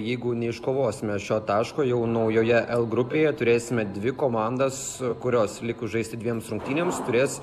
jeigu neiškovosime šio taško jau naujoje l grupėje turėsime dvi komandas kurios likus žaisti dviems rungtynėms turės